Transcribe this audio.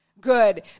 good